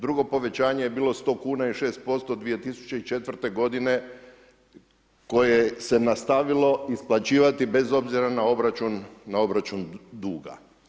Drugo povećanje je bilo 100 kuna i 6% 2004. godine koje se nastavilo isplaćivati bez obzira na obračun duga.